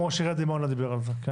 גם ראש עיריית דימונה דיבר על זה.